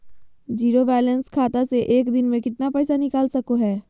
Zero balance खाता से एक दिन में कितना निकाल सको है?